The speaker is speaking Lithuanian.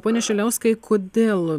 pone šiliauskai kodėl